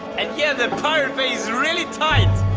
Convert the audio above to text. and yeah, the pirate bay is really tight!